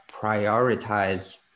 prioritize